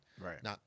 Right